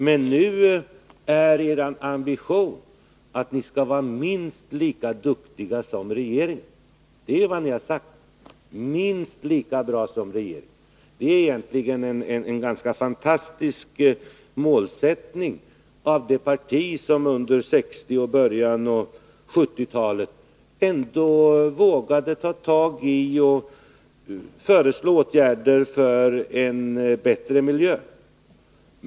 Men nu är er ambition att ni skall vara minst lika duktiga som regeringen — det är vad ni har sagt. Det är egentligen en ganska fantastisk målsättning för det parti som under 1960-talet och i början av 1970-talet ändå vågade ta tag i dessa frågor och föreslå åtgärder för en bättre miljö.